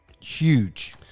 Huge